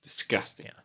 Disgusting